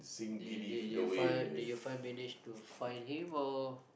they they they find they managed to find him or